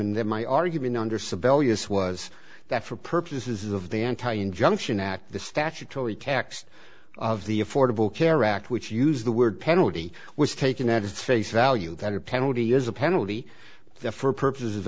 and then my argument under civilians was that for purposes of the anti injunction act the statutory text of the affordable care act which used the word penalty was taken at its face value that a penalty is a penalty for purposes of